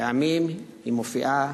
פעמים היא מופיעה